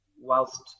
whilst